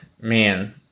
man